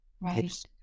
Right